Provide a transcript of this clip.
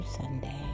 Sunday